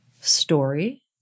story